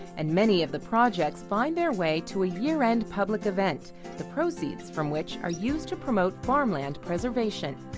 and many of the projects find their way to a year-end public event the proceeds. from which. are used to promote farmland preservation.